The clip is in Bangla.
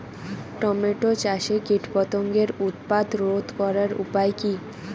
টমেটো চাষে কীটপতঙ্গের উৎপাত রোধ করার উপায় কী?